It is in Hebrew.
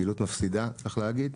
פעילות מפסידה צריך להגיד,